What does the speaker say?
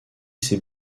ses